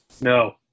No